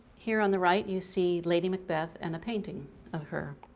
here on the right you see lady macbeth and a painting of her.